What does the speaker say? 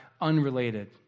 unrelated